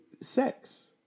sex